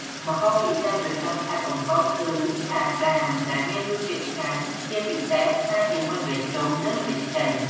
ម្ហូបពិសេសប្រចាំខេត្តកំពតគឺឆាក្តាមដែលមានរសជាតិឆ្ងាញ់ ជាពិសេសឆាជាមួយម្រេចទុំឬម្រេចខ្ចី។